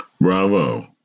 Bravo